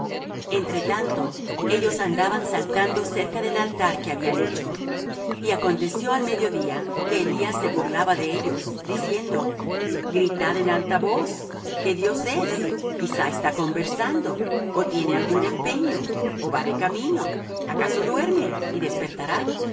entre tanto ellos andaban saltando cerca del altar que habían hecho y aconteció al medio día que elías se burlaba de ellos diciendo gritad en alta voz que dios es quizá está conversando ó tiene algún empeño ó va de camino acaso duerme y despertará